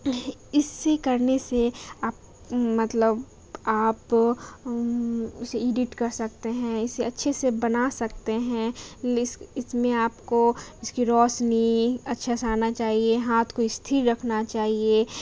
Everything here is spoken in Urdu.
اس سے کرنے سے آپ مطلب آپ اسے ایڈٹ کر سکتے ہیں اسے اچھے سے بنا سکتے ہیں اس اس میں آپ کو اس کی روشنی اچھا سے آنا چاہیے ہاتھ کو استھر رکھنا چاہیے